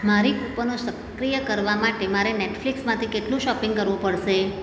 મારી કુપનો સક્રિય કરવા માટે મારે નેટફ્લિક્સમાંથી કેટલું શોપિંગ કરવું પડશે